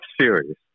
series